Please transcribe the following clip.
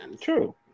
True